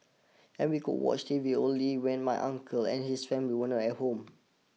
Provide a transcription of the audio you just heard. and we could watch T V only when my uncle and his family were not at home